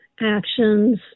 actions